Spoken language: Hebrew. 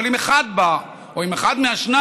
אבל אם אחד בא או אחד מהשניים,